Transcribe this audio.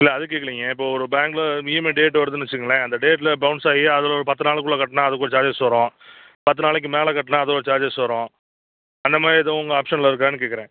இல்லை அது கேட்கலீங்க இப்போது ஒரு பேங்கில் இஎம்ஐ டேட் வருதுன்னு வைச்சுக்கங்களேன் அந்த டேட்டில் பவுன்ஸ் ஆகி அதில் ஒரு பத்து நாளைக்குள் கட்டினா அதுக்கு ஒரு சார்ஜஸ் வரும் பத்து நாளைக்கு மேலே கட்டினா அது ஒரு சார்ஜஸ் வரும் அந்த மாதிரி எதுவும் உங்கள் ஆப்ஷனில் இருக்கான்னு கேட்கறேன்